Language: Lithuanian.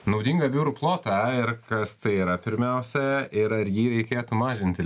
naudingą biurų plotą ir kas tai yra pirmiausia ir ar jį reikėtų mažinti